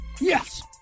Yes